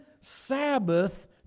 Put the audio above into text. Sabbath